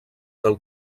del